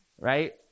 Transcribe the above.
right